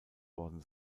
worden